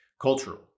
cultural